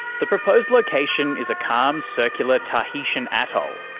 the proposed location is a calm, circular tahitian atoll.